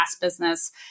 business